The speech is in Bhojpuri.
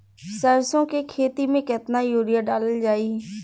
सरसों के खेती में केतना यूरिया डालल जाई?